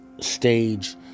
stage